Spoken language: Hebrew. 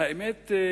האמת היא,